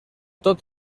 tot